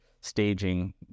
staging